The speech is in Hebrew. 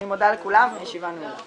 אני מודה לכולם והישיבה נעולה.